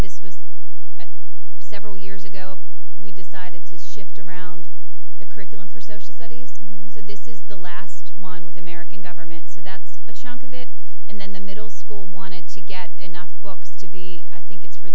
this was several years ago we decided to shift around the curriculum for social studies this is the last one with american government so that's a chunk of it and then the middle school wanted to get enough books to be i think it's for